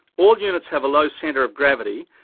all units have a low centre of gravity,